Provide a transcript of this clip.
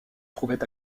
trouvait